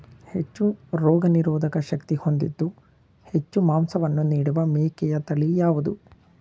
ಹೆಚ್ಚು ರೋಗನಿರೋಧಕ ಶಕ್ತಿ ಹೊಂದಿದ್ದು ಹೆಚ್ಚು ಮಾಂಸವನ್ನು ನೀಡುವ ಮೇಕೆಯ ತಳಿ ಯಾವುದು?